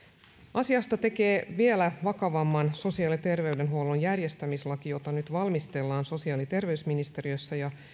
asiasta tekee vielä vakavamman sosiaali ja terveydenhuollon järjestämislaki jota nyt valmistellaan sosiaali ja terveysministeriössä ja